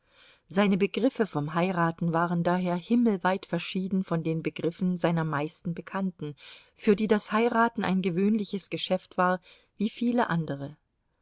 seine begriffe vom heiraten waren daher himmelweit verschieden von den begriffen seiner meisten bekannten für die das heiraten ein gewöhnliches geschäft war wie viele andere